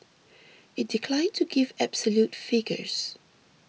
it declined to give absolute figures